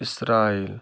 Israel